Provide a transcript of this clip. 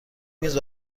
میز